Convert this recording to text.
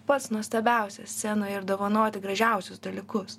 pats nuostabiausias scenoj ir dovanoti gražiausius dalykus